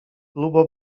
lubo